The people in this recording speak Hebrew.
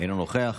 אינו נוכח,